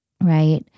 right